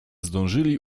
zdążyli